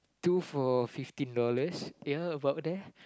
two for fifteen dollars ya about there